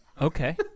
Okay